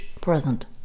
present